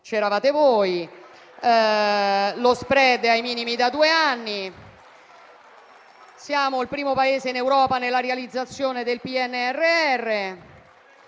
c'eravate voi. Lo *spread* è ai minimi da due anni. Siamo il primo Paese in Europa nella realizzazione del PNRR.